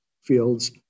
fields